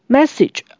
Message